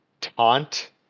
taunt